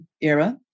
era